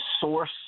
source